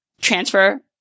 transfer